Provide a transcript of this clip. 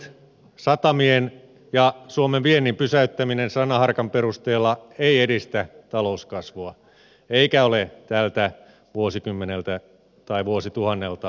laittomuudet satamien ja suomen viennin pysäyttäminen sanaharkan perusteella eivät edistä talouskasvua eivätkä ole tältä vuosikymmeneltä tai vuosituhannelta toimintatapana